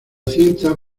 cinta